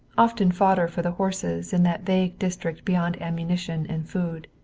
often fodder for the horses in that vague district beyond ammunition and food.